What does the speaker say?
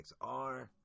XR